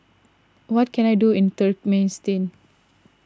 what can I do in Turkmenistan